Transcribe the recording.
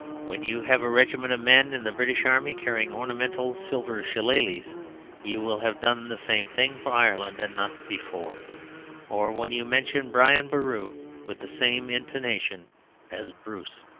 when you have a regiment of men in the british army carrying ornamental silver shillelaghs you will have done the same thing for ireland, and not before or when you mention brian boru with the same intonation as bruce.